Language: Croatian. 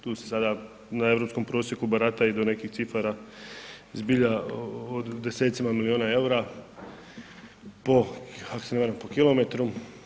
Tu se sada na europskom prosjeku barata i do nekih cifara zbilja o desecima milijuna eura, po, ako se ne varam po kilometru.